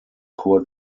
poor